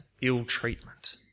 ill-treatment